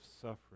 suffering